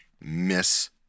miss